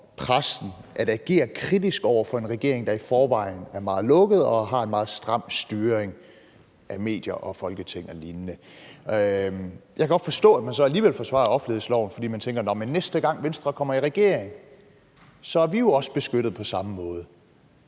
for pressen at agere kritisk over for en regering, der i forvejen er meget lukket og har en meget stram styring af medier, Folketing og lignende. Jeg kan godt forstå, at man så alligevel forsvarer offentlighedsloven, fordi man tænker, at næste gang Venstre kommer i regering, vil man også være beskyttet på samme måde.